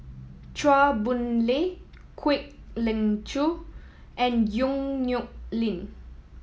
Chua Boon Lay Kwek Leng Joo and Yong Nyuk Lin